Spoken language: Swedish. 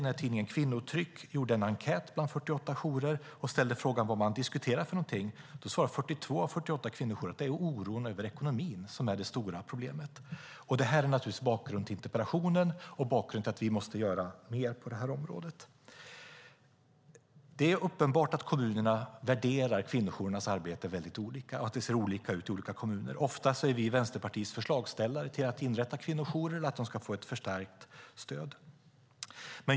När tidningen Kvinnotryck gjorde en enkät bland 48 jourer och ställde frågan vad man diskuterar för någonting visade det sig att 42 av 48 kvinnojourer sade att det är oron över ekonomin som är det stora problemet. Det är bakgrunden till interpellationen och till att vi måste göra mer på det här området. Det är uppenbart att kommunerna värderar kvinnojourernas arbete väldigt olika så att det ser olika ut i olika kommuner. Ofta är vi i Vänsterpartiet förslagsställare till att inrätta kvinnojourer och att de ska få ett förstärkt stöd.